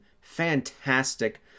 fantastic